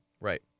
Right